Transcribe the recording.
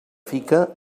fica